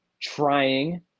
trying